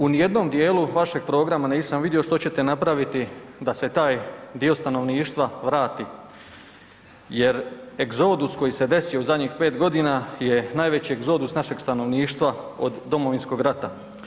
U nijednom djelu vašeg programa nisam vidio što ćete napraviti da se taj dio stanovništva vrati jer egzodus koji se desio zadnjih 5 g. je najveći egzodus našeg stanovništva od Domovinskog rata.